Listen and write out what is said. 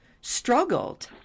struggled